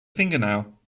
fingernail